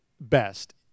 best